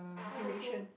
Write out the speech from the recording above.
who are the two